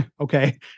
okay